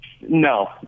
No